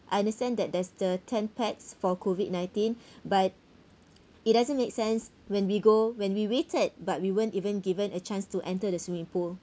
I understand that there's the ten pax for COVID nineteen but it doesn't make sense when we go when we waited but we weren't even given a chance to enter the swimming pool